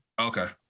Okay